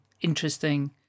interesting